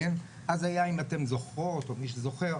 אז היה מי שזוכר,